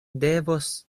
devos